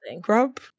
grub